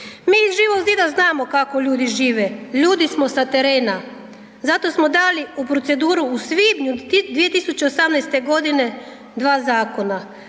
Mi iz Živog zida znamo kako ljudi žive, ljudi smo sa terena, zato smo dali u proceduru u svibnju 2018. g. dva zakona,